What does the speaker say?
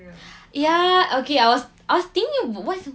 ya okay I was I was thinking of what's